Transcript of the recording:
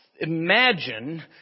imagine